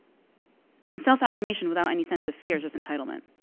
mean, self-affirmation without any sense of fear or just entitlement.